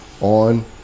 on